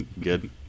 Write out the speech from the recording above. good